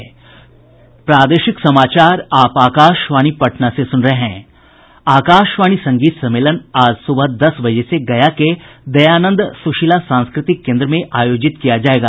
आकाशवाणी संगीत सम्मेलन आज सुबह दस बजे से गया के दयानंद सुशीला सांस्कृतिक केन्द्र में आयोजित किया जायेगा